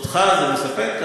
אותך זה מספק,